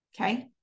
okay